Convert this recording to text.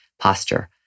Posture